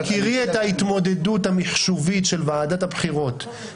עוד זיהוי ועוד אסמכתאות לבקשה שלך,